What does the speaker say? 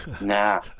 Nah